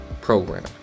Program